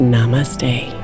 Namaste